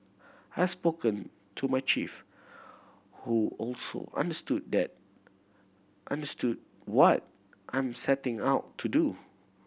I spoken to my chief who also understood that understood what I'm setting out to do